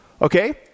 Okay